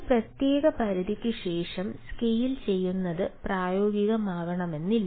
ഒരു പ്രത്യേക പരിധിക്കുശേഷം സ്കെയിൽ ചെയ്യുന്നത് പ്രായോഗികമാകണമെന്നില്ല